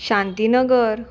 Shantinagar